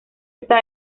está